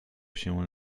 się